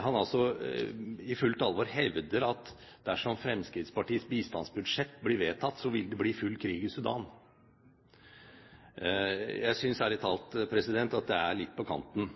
han i fullt alvor hevdet at dersom Fremskrittspartiets bistandsbudsjett ble vedtatt, ville det bli full krig i Sudan. Jeg synes ærlig talt at det er litt på kanten.